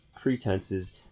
pretenses